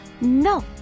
No